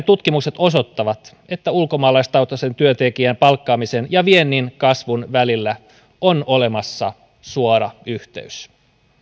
tutkimukset osoittavat että ulkomaalaistaustaisen työntekijän palkkaamisen ja viennin kasvun välillä on olemassa suora yhteys